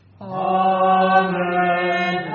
Amen